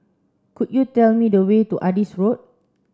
could you tell me the way to Adis Road